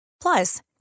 Plus